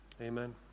Amen